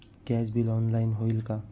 Gas bill online होईल का?